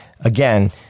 again